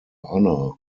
honour